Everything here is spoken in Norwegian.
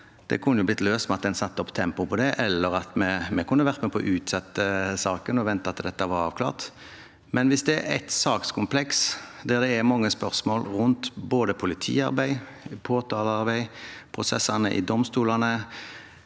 det kunne blitt løst ved at en satte opp tempoet, eller så kunne vi vært med på å utsette saken og ventet til dette var avklart. Dette er et sakskompleks der det er mange spørsmål rundt både politiarbeid, påtalearbeid og prosessene i domstolene.